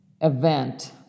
event